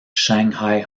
shanghai